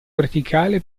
verticale